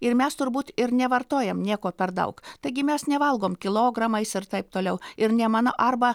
ir mes turbūt ir nevartojam nieko per daug taigi mes nevalgom kilogramais ir taip toliau ir nė mano arba